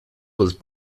was